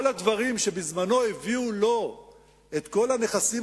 כל הדברים שבזמנו הביאו לו את כל הנכסים